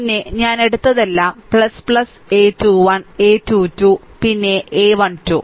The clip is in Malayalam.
പിന്നെ ഞാൻ എടുത്തതെല്ലാം a 21 a 2 2 പിന്നെ a12